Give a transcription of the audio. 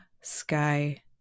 sky